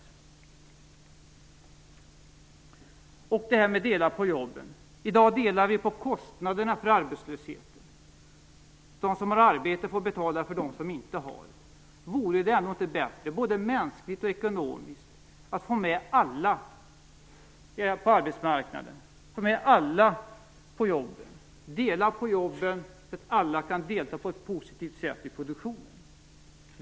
Så till det här med att dela på jobben. I dag delar vi på kostnaderna för arbetslösheten - de som har arbete får betala för dem som inte har. Vore det inte bättre, både mänskligt och ekonomiskt, att få med alla på arbetsmarknaden, att få med alla på jobben, att dela på jobben så att alla kan delta på ett positivt sätt i produktionen?